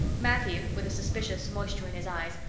matthew, with a suspicious moisture in his eyes,